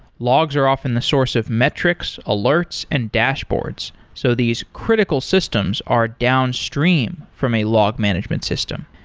logs are often the source of metrics, alerts and dashboards so these critical systems are downstream from a log management system.